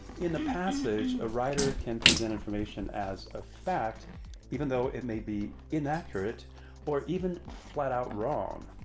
in a passage, a writer can present information as a fact even though it may be inaccurate or even flatout wrong.